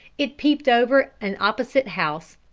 it peeped over an opposite house,